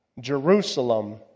Jerusalem